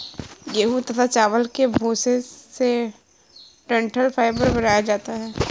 गेहूं तथा चावल के भूसे से डठंल फाइबर बनाया जाता है